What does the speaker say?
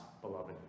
beloved